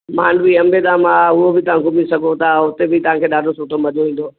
मांडवी अंबे धाम आहे उहो बि तव्हां घुमी सघो था उते बि तव्हांखे ॾाढो सुठो मज़ो ईंदो